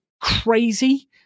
crazy